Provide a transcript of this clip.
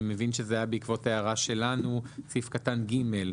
אני מבין שזה היה בעקבות הערה שלנו - סעיף קטן (ג),